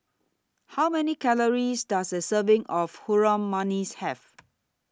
How Many Calories Does A Serving of Harum Manis Have